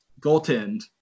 goaltend